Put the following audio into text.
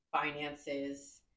finances